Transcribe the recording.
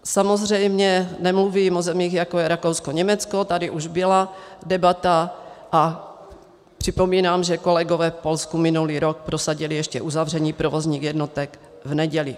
Samozřejmě nemluvím o zemích, jako je Rakousko, Německo, tady už byla debata, a připomínám, že kolegové v Polsku minulý rok prosadili ještě uzavření provozních jednotek v neděli.